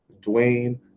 Dwayne